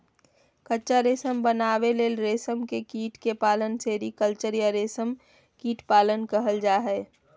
कच्चा रेशम बनावे ले रेशम के कीट के पालन सेरीकल्चर या रेशम कीट पालन कहल जा हई